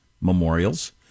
memorials